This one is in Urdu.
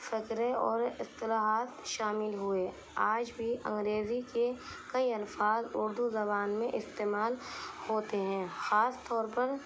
فقرے اور اصطلاحات شامل ہوئے آج بھی انگریزی کے کئی الفاظ اردو زبان میں استعمال ہوتے ہیں خاص طور پر